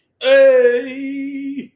Hey